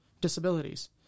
disabilities